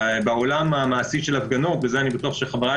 בעולם המעשי של הפגנות ואת זה אני בטוח שחבריי